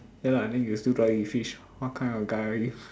ya lah I mean you still trying with fish what kind of guy are you